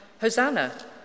Hosanna